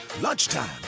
Lunchtime